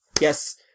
Yes